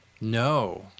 No